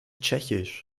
tschechisch